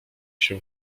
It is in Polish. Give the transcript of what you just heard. się